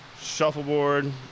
shuffleboard